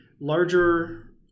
larger